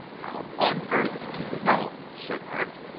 how on earth do you know? said art.